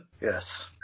Yes